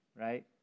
right